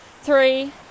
Three